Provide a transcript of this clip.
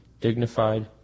dignified